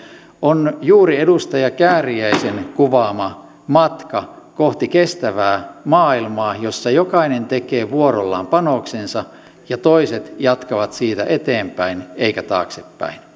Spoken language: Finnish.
on juuri edustaja kääriäisen kuvaama matka kohti kestävää maailmaa jossa jokainen tekee vuorollaan panoksensa ja toiset jatkavat siitä eteenpäin eivätkä taaksepäin